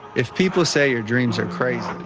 if people say your dreams are crazy,